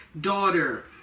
daughter